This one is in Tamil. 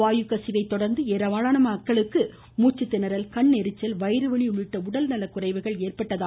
வாயு கசிவை தொடர்ந்து ஏராளமான மக்களுக்கு ழூச்சு திணரல் கண் ளிச்சல் வயிறு வலி உள்ளிட்ட உடல் நலக்குறைவுகள் ஏற்பட்டுள்ளது